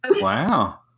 Wow